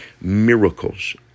miracles